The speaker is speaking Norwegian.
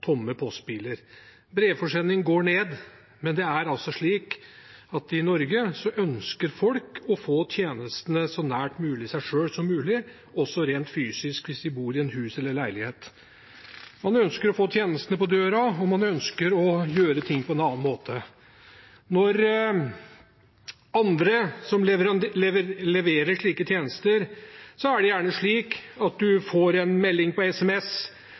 tomme postbiler. Antall brevforsendinger går ned, men i Norge ønsker folk å få tjenestene så nær seg selv som mulig, også rent fysisk hvis man bor i et hus eller i en leilighet. Man ønsker å få tjenestene på døra, og man ønsker å gjøre ting på en annen måte. Når andre leverer slike tjenester, får man gjerne en melding på SMS